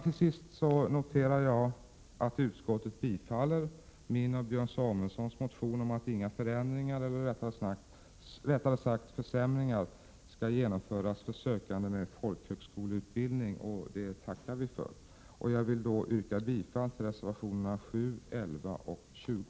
Till sist noterar jag att utskottet tillstyrker min och Björn Samuelsons motion som kräver att inga försämringar skall införas för sökande med folkhögskoleutbildning, och det tackar vi för. Jag yrkar bifall till reservationerna 7, 11 och 20.